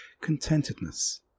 Contentedness